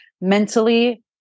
mentally